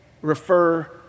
refer